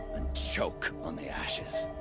and choke on the ashes!